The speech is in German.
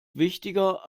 wichtiger